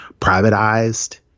privatized